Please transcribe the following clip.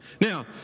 Now